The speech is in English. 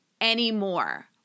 anymore